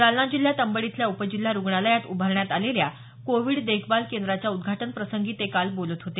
जालना जिल्ह्यात अंबड इथल्या उपजिल्हा रुग्णालयात उभारण्यात आलेल्या कोविड देखभाल केंद्राच्या उदघाटनप्रंसगी ते काल बोलत होते